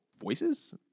Voices